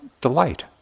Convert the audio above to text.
delight